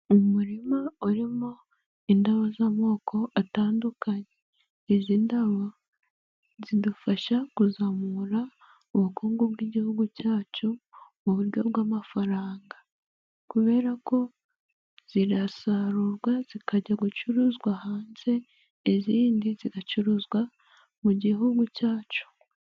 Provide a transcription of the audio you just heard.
Umurima urimo indabo z'amoko atandukanye, izi ndabo zidufasha kuzamura ubukungu bw'igihugu cyacu mu buryo bw'amafaranga kubera ko zirasarurwa zikajya gucuruzwa hanze, izindi zigacuruzwa mu gihugu cyacu.